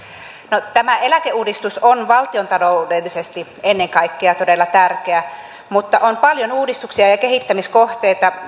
no tämä eläkeuudistus on valtiontaloudellisesti ennen kaikkea todella tärkeä mutta on paljon uudistuksia ja kehittämiskohteita